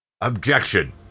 Objection